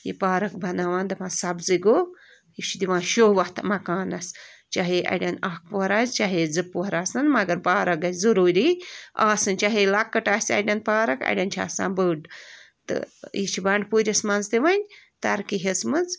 یہِ پارک بَناوان دَپان سبزٕے گوٚو یہِ چھُ دِوان شو اَتھ مَکانس چاہے اَڑٮ۪ن اَکھ پُہَر آسہِ چاہے زٕ پُہر آسن مگر پارک گَژھِ ضٔروٗری آسٕنۍ چاہے لۄکٕٹ آسہِ اَڑٮ۪ن پارک اَڑٮ۪ن چھِ آسان بٔڑ تہٕ یہِ چھِ بنٛڈپوٗرِس منٛز تہِ وۄنۍ ترقی ہیٚژمٕژ